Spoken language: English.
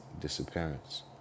disappearance